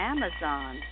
Amazon